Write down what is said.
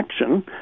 action